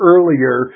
Earlier